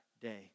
day